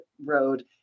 road